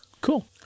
Cool